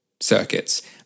circuits